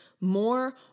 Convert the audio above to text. more